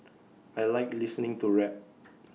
I Like listening to rap